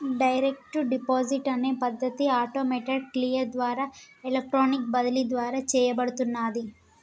direct debit అనే పద్ధతి automated clear ద్వారా ఎలక్ట్రానిక్ బదిలీ ద్వారా చేయబడుతున్నాది